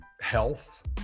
health